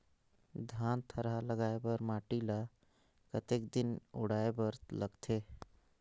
धान थरहा लगाय बर माटी ल कतेक दिन सड़ाय बर लगथे?